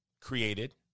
created